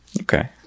okay